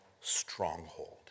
stronghold